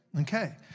Okay